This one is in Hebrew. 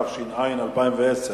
התש"ע 2010,